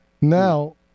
now